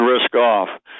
risk-off